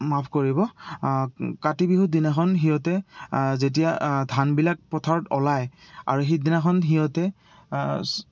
মাফ কৰিব কাতি বিহুৰ দিনাখন সিহঁতে যেতিয়া ধানবিলাক পথাৰত ওলায় আৰু সেইদিনাখন সিহঁতে